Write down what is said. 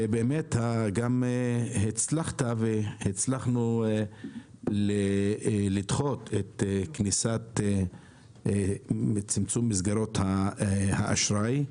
ובאמת הצלחת והצלחנו לדחות את כניסת צמצום מסגרות האשראי.